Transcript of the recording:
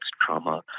trauma